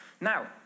Now